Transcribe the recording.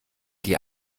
die